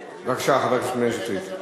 בבקשה, חבר הכנסת מאיר שטרית.